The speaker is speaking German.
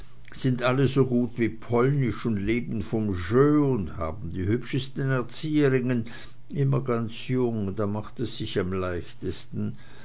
sind alle so gut wie polnisch und leben von jeu und haben die hübschesten erzieherinnen immer ganz jung da macht es sich am leichtesten